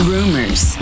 Rumors